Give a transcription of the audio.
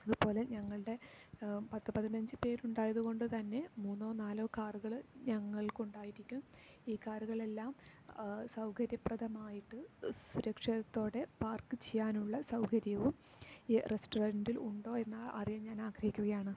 അതുപോലെ ഞങ്ങളുടെ പത്ത് പതിനഞ്ച് പേരുണ്ടായത് കൊണ്ട് തന്നെ മുന്നോ നാലോ കാറുകൾ ഞങ്ങൾക്ക് ഉണ്ടായിരിക്കും ഈ കാറുകളെല്ലാം സൗകര്യപ്രദമായിട്ട് സുരക്ഷിതത്തോടെ പാർക്ക് ചെയ്യാനുള്ള സൗകര്യവും ഈ റെസ്റ്റോറൻറ്റിൽ ഉണ്ടോ എന്ന് അറിയാൻ ഞാൻ ആഗ്രഹിക്കുകയാണ്